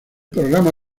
programa